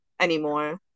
anymore